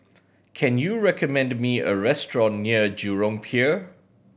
can you recommend me a restaurant near Jurong Pier